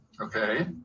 Okay